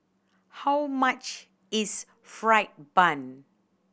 how much is fried bun